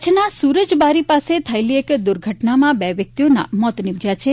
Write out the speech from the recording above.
કચ્છના સુરજબારી પાસે થયેલી એક દૂર્ઘટનામાં બે વ્યક્તિઓના મોત નીપજ્યાં છે